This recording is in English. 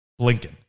Blinken